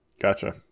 gotcha